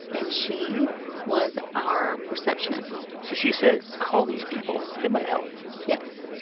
and she was our receptionist so she said, call these people they might help yes.